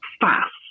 fast